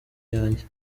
yanjye